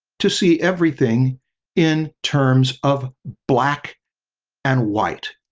to see everything in terms of black and white.